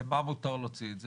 למה מותר להוציא את זה?